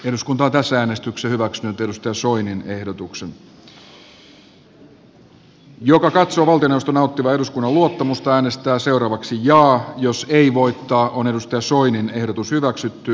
eduskunta edellyttää että mikäli hallitus eurokriisin käsittelyn myötä sitoutuu sellaisiin päätöksiin jotka johtavat velka unioniin ja liittovaltiokehitykseen on asiasta aikanaan järjestettävä kansanäänestys